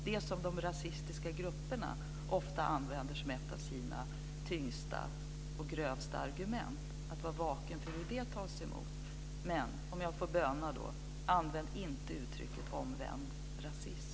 Detta använder de rasistiska grupperna ofta som ett av sina tyngsta och grövsta argument. Man måste vara vaken för hur det tas emot. Men, om jag får böna, använd inte uttrycket omvänd rasism!